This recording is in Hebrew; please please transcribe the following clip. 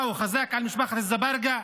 מה, הוא חזק על משפחת אזברגה?